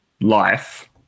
life